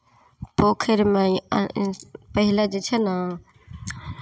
पोखरिमे पहिले जे छै ने